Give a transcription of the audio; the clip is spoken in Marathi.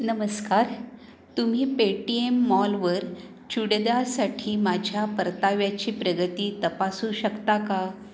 नमस्कार तुम्ही पेटीएम मॉलवर चुडीदारसाठी माझ्या परताव्याची प्रगती तपासू शकता का